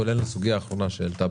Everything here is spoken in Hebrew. כולל הסוגיה האחרונה שהועלתה